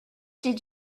did